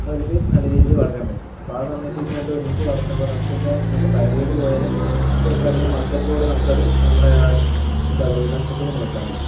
അവർക്ക് നല്ല രീതിയിൽ വളരാൻ പറ്റും അപ്പോൾ ആ സമയത്ത് ഇത് രണ്ടും ഒരുമിച്ച് വളർത്തുമ്പോൾ നമുക്ക് ഇപ്പോൾ മറ്റേ പയറ് ചെടി പോയാലും കുറച്ചധികം മത്തനിലൂടെ നമുക്കത് നമ്മടെ എന്താ പറയുക നഷ്ടത്തിനെ നികത്താൻ പറ്റും